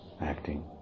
acting